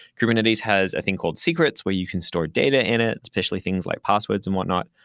kubernetes has a thing called secrets, where you can store data in it, especially things like passwords and whatnot.